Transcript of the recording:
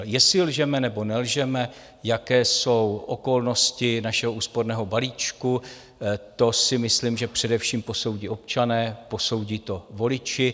Jestli lžeme, nebo nelžeme, jaké jsou okolnosti našeho úsporného balíčku, to si myslím, že především posoudí občané, posoudí to voliči.